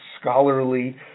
scholarly